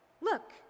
Look